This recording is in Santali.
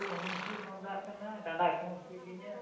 ᱠᱷᱩᱜ ᱦᱚᱸᱞᱤᱧ ᱠᱷᱩᱜ ᱢᱟᱫᱟᱜ ᱠᱟᱱᱟ ᱰᱟᱸᱰᱟ ᱠᱚᱦᱚᱸ ᱦᱟᱹᱥᱩᱭᱮᱜ ᱞᱤᱧᱟᱹ